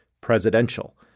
presidential